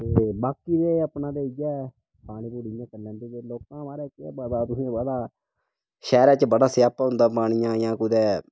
ते बाकी ते अपना ते इ'यै पानी पुनी इ'यां करी लैंदे ते लोकां महाराज केह् पता तुसें पता शैह्रै च बड़ा स्यापा होंदा पानिया जां कुतै